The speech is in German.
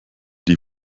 die